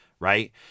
Right